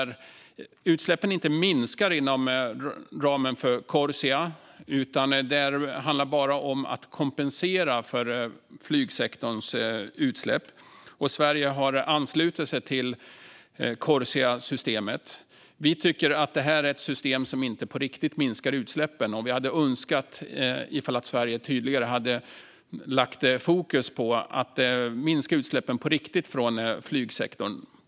Utsläppen minskar inte inom ramen för Corsia, utan det handlar bara om att kompensera för flygsektorns utsläpp. Sverige har anslutit sig till Corsiasystemet. Vi tycker inte att systemet minskar utsläppen på riktigt. Vi hade önskat att Sverige kunde ha lagt fokus på att minska flygsektorns utsläpp på riktigt.